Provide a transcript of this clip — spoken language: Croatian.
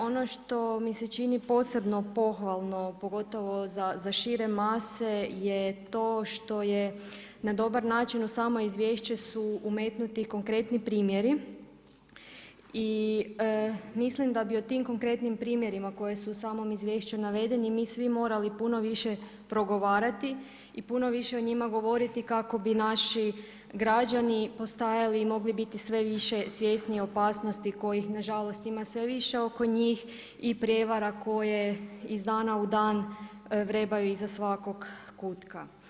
Ono što mi se čini posebno pohvalno pogotovo za šire mase je to što je na dobar način uz samo izvješće su umetnuti i konkretni primjeri i mislim da bi o tim konkretnim primjerima koji su u samom izvješću navedeni mi svi morali puno više progovarati i puno više o njima govoriti kako bi naši građani postojali i mogli biti sve više svjesni opasnosti kojih na žalost ima sve više oko njih i prijevara koje iz dana u dan vrebaju iza svakog kutka.